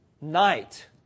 night